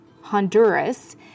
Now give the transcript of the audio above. Honduras